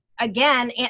again